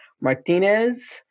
Martinez